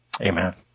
Amen